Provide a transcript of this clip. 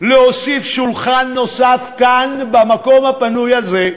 להוסיף שולחן כאן, במקום הפנוי הזה,